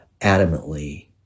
adamantly